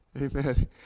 Amen